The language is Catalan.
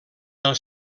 del